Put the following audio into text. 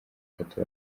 itatu